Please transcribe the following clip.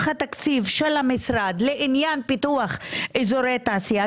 התקציב של המשרד לעניין פיתוח אזורי תעשייה,